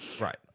right